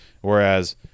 Whereas